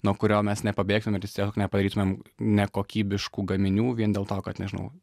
nuo kurio mes nepabėgsim ir tiesiog nepadarytum nekokybiškų gaminių vien dėl to kad nežinau